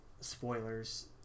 spoilers